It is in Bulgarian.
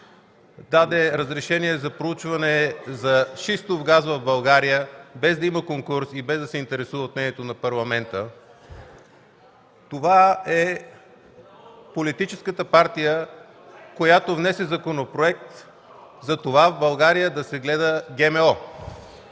даде разрешение за проучване за шистов газ в България, без да има конкурси, без да се интересува от мнението на Парламента. Това е политическата партия, която внесе законопроект в България да се гледат